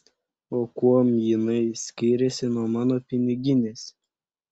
o kuom jinai skiriasi nuo mano piniginės